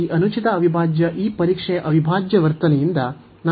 ಈ ಅನುಚಿತ ಅವಿಭಾಜ್ಯ ಈ ಪರೀಕ್ಷೆಯ ಅವಿಭಾಜ್ಯ ವರ್ತನೆಯಿಂದ ನಾವು ತೀರ್ಮಾನಿಸಬಹುದು